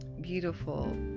beautiful